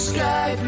Sky